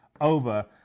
over